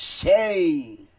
Say